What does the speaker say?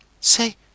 Say